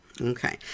Okay